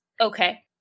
okay